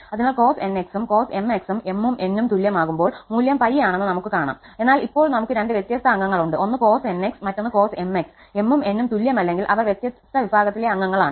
അതിനാൽ cos 𝑛𝑥 ഉം cos 𝑚𝑥 ഉം 𝑚 ഉം 𝑛 ഉം തുല്യമാകുമ്പോൾ മൂല്യം 𝜋 ആണെന്ന് നമുക് കാണാംഎന്നാൽ ഇപ്പോൾ ഞങ്ങൾക്ക് രണ്ട് വ്യത്യസ്ത അംഗങ്ങളുണ്ട് ഒന്ന് cos 𝑛𝑥 മറ്റൊന്ന് cos 𝑚𝑥 𝑚 ഉം 𝑛 ഉം തുല്യമല്ലെങ്കിൽ അവർ വ്യത്യസ്ത വിഭാഗത്തിലെ അംഗങ്ങളാണ്